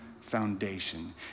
foundation